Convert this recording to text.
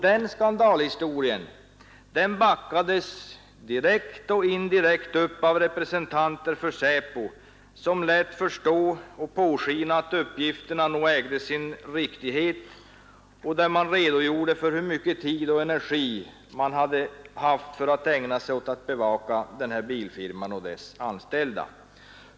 Den skandalhistorien backades direkt och indirekt upp av representanter för SÄPO, som lät påskina att uppgifterna ägde sin riktighet och redogjorde för hur mycken tid och energi man ägnat åt att bevaka bilfirman och dess anställda.